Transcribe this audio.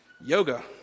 yoga